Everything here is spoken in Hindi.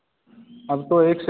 अब तो एक से